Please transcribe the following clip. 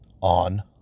on